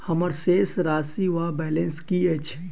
हम्मर शेष राशि वा बैलेंस की अछि?